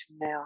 now